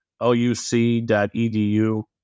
luc.edu